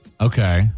Okay